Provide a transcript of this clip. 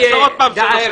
לחזור שוב שלוש שנים אחורה.